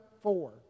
four